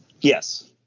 Yes